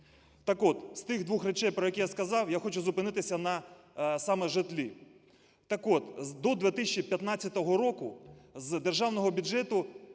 Так от, з тих двох речей, про які я сказав, я хочу зупинитися на саме житлі. Так от, до 2015 року з державного бюджету